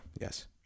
Yes